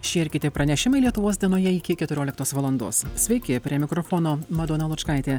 šie ir kiti pranešimai lietuvos dienoje iki keturioliktos valandos sveiki prie mikrofono madona lučkaitė